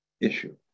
issue